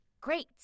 Great